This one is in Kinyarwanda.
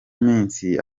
minsi